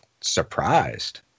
surprised